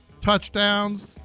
touchdowns